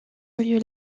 une